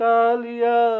Talia